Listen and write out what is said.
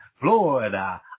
Florida